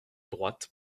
droite